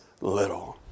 little